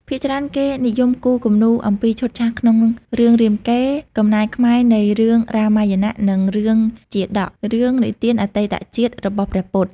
ភាគច្រើន គេនិយមគូរគំនូរអំពីឈុតឆាកក្នុង រឿងរាមកេរ្តិ៍ (កំណែខ្មែរនៃរឿងរាមាយណៈ) និង រឿងជាតក (រឿងនិទានអតីតជាតិរបស់ព្រះពុទ្ធ)។